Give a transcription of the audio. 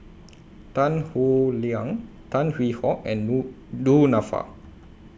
Tan Howe Liang Tan Hwee Hock and Du Du Nanfa